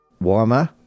Warmer